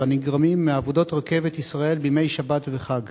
הנגרמים מעבודות "רכבת ישראל" בימי שבת וחג.